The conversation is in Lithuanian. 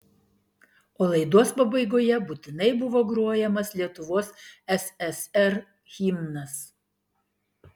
o laidos pabaigoje būtinai buvo grojamas lietuvos ssr himnas